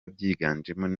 byiganjemo